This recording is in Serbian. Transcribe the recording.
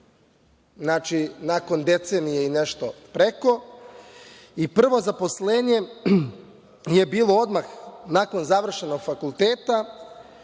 Znači, nakon decenije i nešto preko i prvo zaposlenje je bilo odmah nakon završenog fakulteta